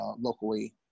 locally